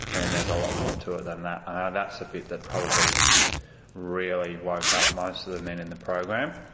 and there's a lot more to it than that. that's the bit that probably really woke up most of the men in the program.